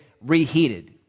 reheated